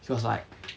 he was like